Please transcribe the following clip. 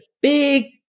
big